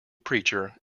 preacher